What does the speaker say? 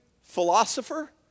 philosopher